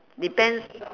depends